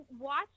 watch